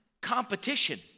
competition